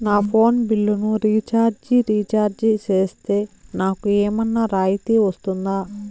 నా ఫోను బిల్లును recharge recharge సేస్తే, నాకు ఏమన్నా రాయితీ వస్తుందా?